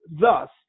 thus